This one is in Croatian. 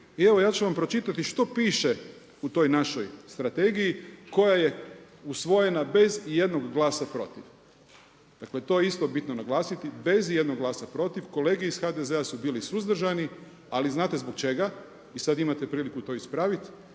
Evo ja ću vam pročitati što piše u toj našoj strategiji koja je usvojena bez ijednog glasa protiv. Dakle, to je isto bitno naglasiti bez ijednog glasa protiv. Kolege iz HDZ-a su bili suzdržani, ali znate zbog čega? I sad imate priliku to ispraviti.